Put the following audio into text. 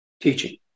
teaching